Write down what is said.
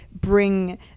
bring